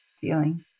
feeling